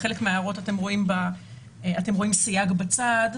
בחלק מההערות אתם רואים סייג בצד,